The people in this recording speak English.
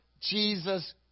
Jesus